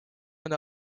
eine